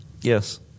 Yes